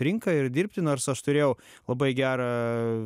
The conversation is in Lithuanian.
rinką ir dirbti nors aš turėjau labai gerą